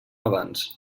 abans